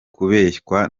kubeshywa